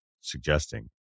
suggesting